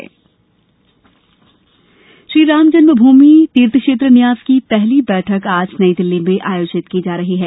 राम जन्म मुमि श्रीराम जन्म भूमि तीर्थ क्षेत्र न्यास की पहली बैठक आज नई दिल्ली में आयोजित की जा रही है